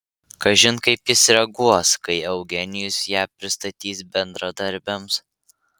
kažin kaip jis reaguos kai eugenijus ją pristatys bendradarbiams